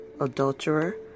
adulterer